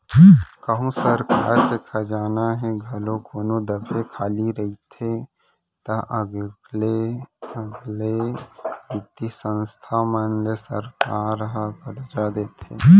कहूँ सरकार के खजाना ह घलौ कोनो दफे खाली रहिथे ता अलगे अलगे बित्तीय संस्था मन ले सरकार ह करजा लेथे